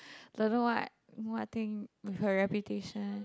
don't know what what thing her reputation